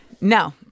No